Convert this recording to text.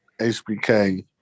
HBK